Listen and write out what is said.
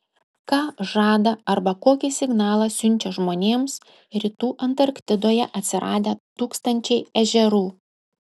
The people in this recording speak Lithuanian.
ką žada arba kokį signalą siunčia žmonėms rytų antarktidoje atsiradę tūkstančiai ežerų